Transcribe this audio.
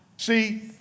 See